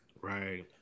Right